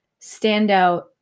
standout